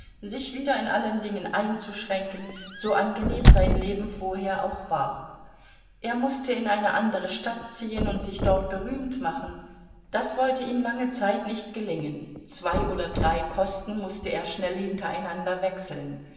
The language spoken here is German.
sich wieder in allen dingen einzuschränken so angenehm sein leben vorher auch war er mußte in eine andere stadt ziehen und sich dort berühmt machen das wollte ihm lange zeit nicht gelingen zwei oder drei posten mußte er schnell hintereinander wechseln